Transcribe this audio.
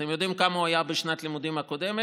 אתם יודעים כמה הוא היה בשנת הלימודים הקודמת?